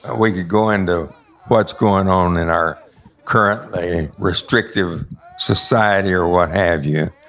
ah we could go into what's going on in our currently-restrictive society or what have you,